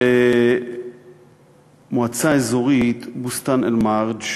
למועצה האזורית בוסתאן-אלמרג'